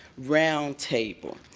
round table.